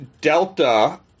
Delta